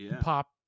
pop